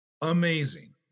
amazing